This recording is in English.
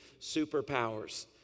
superpowers